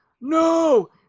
no